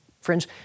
Friends